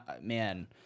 man